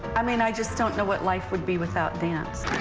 i mean, i just don't know what life would be without dance.